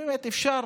באמת, אפשר